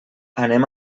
anem